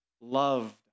loved